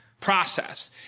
process